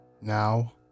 Now